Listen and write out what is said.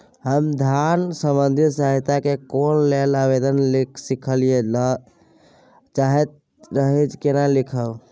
हम धन संबंधी सहायता के लैल आवेदन लिखय ल चाहैत रही केना लिखब?